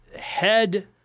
head